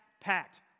packed